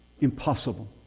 impossible